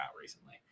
recently